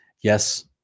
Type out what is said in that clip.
yes